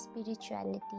spirituality